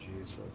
Jesus